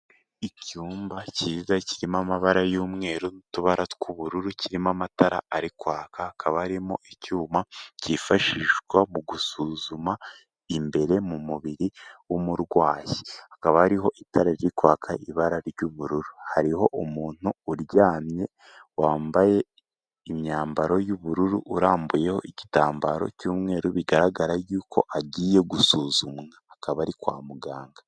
Icyumba cyiza kirimo amabara y'umweru n'utubara tw'ubururu, kirimo amatara ari kwaka, hakaba harimo icyuma kifashishwa mu gusuzuma imbere mu mubiri w'umurwayi, hakaba hariho itara riri kwaka ibara ry'ubururu, hariho umuntu uryamye wambaye imyambaro y'ubururu, urambuyeho igitambaro cy'umweru, bigaragara yuko agiye gusuzumwa akaba ari kwa muganga.